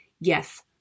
yes